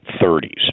30s